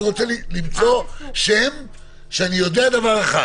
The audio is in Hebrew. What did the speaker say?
אני רוצה למצוא שם שאני יודע דבר אחד